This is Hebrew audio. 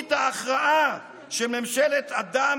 תוכנית ההכרעה של ממשלת הדם,